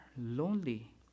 lonely